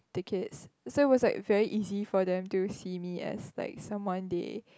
the kids so it was like very easy for them to see me as like someone they